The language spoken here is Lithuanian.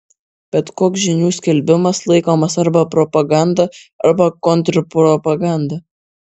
bet koks žinių skelbimas laikomas arba propaganda arba kontrpropaganda